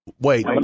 Wait